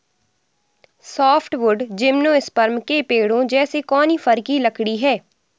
softwood gymnosperm के पेड़ों जैसे कॉनिफ़र की लकड़ी है